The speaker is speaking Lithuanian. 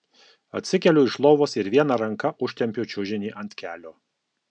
atsikeliu iš lovos ir viena ranka užtempiu čiužinį ant kelio